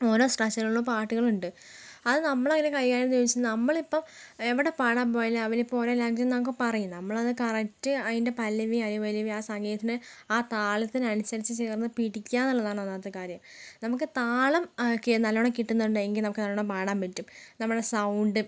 ഓരോ ഭാഷകളിലും പാട്ടുകളുണ്ട് അത് നമ്മൾ എങ്ങനെയാണ് കൈകാര്യം ചെയ്യാന്നു ചോദിച്ചാൽ നമ്മളിപ്പോൾ എവിടെ പാടാൻ പോയാലും അവരിപ്പോൾ ഓരോ ലാംഗ്വേജ് നമുക്ക് പറയും നമ്മളത് കറക്ട് അതിൻ്റെ പല്ലവി അനുപല്ലവി ആ സംഗീതത്തിൻ്റെ ആ താളത്തിന് അനുസരിച്ച് ചേർന്ന് പിടിക്യാന്നുള്ളതാണ് ഒന്നാമത്തെ കാര്യം നമുക്ക് താളം ഓക്കെ നല്ലോണം കിട്ടുന്നുണ്ടെങ്കിൽ നമുക്ക് നല്ലോണം പാടാൻ പറ്റും നമ്മുടെ സൗണ്ടും